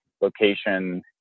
location